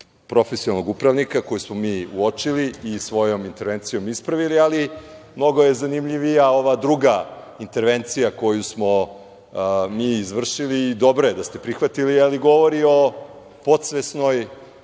profesionalnog upravnika koju smo mi uočili i svojom intervencijom ispravili, ali mnogo je zanimljivija ova druga intervencija koju smo mi izvršili i dobro je da ste prihvatili, ali govori o podsvesnoj